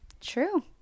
true